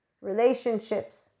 Relationships